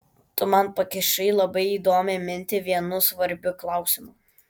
tu man pakišai labai įdomią mintį vienu svarbiu klausimu